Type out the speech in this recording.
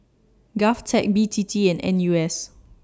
Govtech B T T and N U S